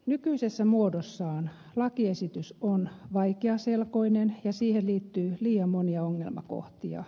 nykyisessä muodossaan lakiesitys on vaikeaselkoinen ja siihen liittyy liian monia ongelmakohtia